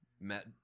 met